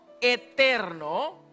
eterno